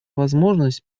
возможность